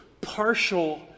partial